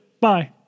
Bye